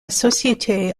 société